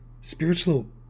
spiritual